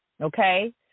okay